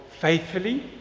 faithfully